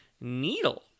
needle